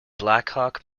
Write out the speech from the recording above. blackhawk